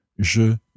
Je